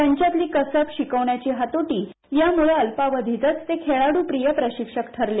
त्यांच्यातली कसब शिकवण्याची हातोटी यामुळं अल्पावधीतच ते खेळाड्प्रिय प्रशिक्षक ठरले